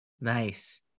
Nice